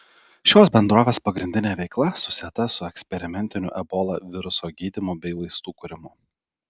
šios bendrovės pagrindinė veikla susieta su eksperimentiniu ebola viruso gydymu bei vaistų kūrimu